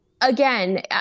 again